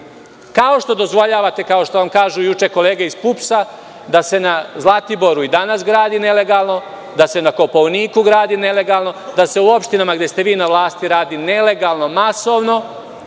kao što dozvoljavate, kao što vam kažu juče kolege iz PUPS, da se na Zlatiboru i danas gradi, da se na Kopaoniku gradi nelegalno, da se u opštinama gde ste vi na vlasti gradi nelegalno masovno.